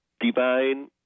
divine